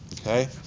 okay